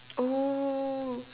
oh